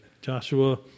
Joshua